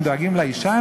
הם דואגים לאישה,